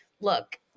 look